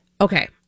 Okay